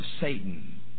Satan